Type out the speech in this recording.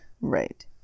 Right